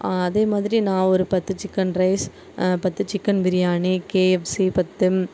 அதே மாதிரி நான் ஒரு பத்து சிக்கன் ரைஸ் பத்து சிக்கன் பிரியாணி கேஎஃப்சி பத்து